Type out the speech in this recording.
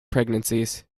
pregnancies